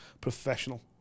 professional